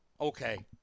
Okay